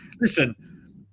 listen